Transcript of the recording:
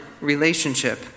relationship